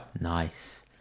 Nice